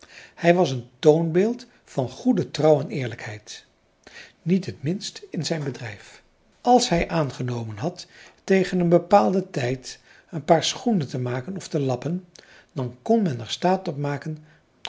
hij was een toonbeeld van goede trouw en eerlijkheid niet het minst in zijn bedrijf als hij aangenomen had tegen een bepaalden tijd een paar schoenen te maken of te lappen dan kon men er staat op maken